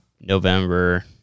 November